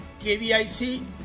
KVIC